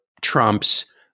Trump's